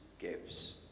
gives